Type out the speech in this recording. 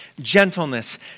gentleness